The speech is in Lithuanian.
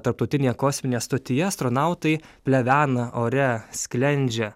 tarptautinėje kosminėje stotyje astronautai plevena ore sklendžia